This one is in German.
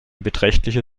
beträchtliche